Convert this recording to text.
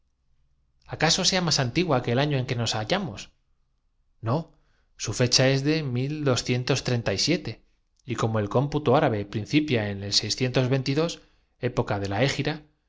acaso sea mas antigua que el año en que nos ha carlos ix llamos no su fecha es de y como el cómputo árabe mis encajes decían otras principia en el época de la hégira